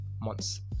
months